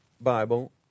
Bible